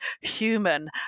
human